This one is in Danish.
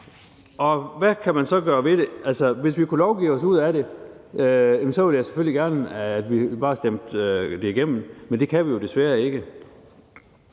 Hvad kan man så gøre ved det? Hvis vi kunne lovgive os ud af det, ville jeg selvfølgelig gerne have, at vi bare stemte det igennem, men det kan vi desværre ikke.